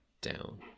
down